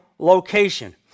location